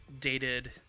dated